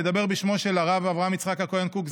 לדבר בשמו של הרב אברהם יצחק הכהן קוק,